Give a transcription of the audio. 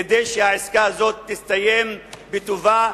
כדי שהעסקה הזאת תסתיים לטובה,